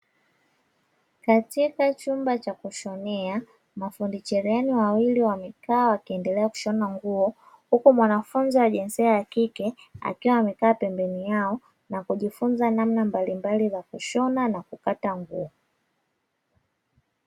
Katika chumba cha kushonea mafundi cherehani wawili wamekaa wakiendelea kushona nguo huko mwanafunzi wa jinsia ya kike akiwa amekaa pembeni yao na kujifunza namna mbalimbali za kushona na kukata nguo.